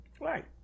Right